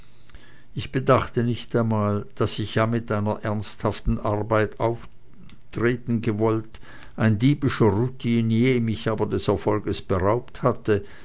ich bedachte nicht einmal daß ich ja mit einer ernsthaften arbeit auftreten gewollt ein diebischer routinier mich aber des erfolges beraubt hatte